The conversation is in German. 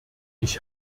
ich